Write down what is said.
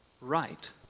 Right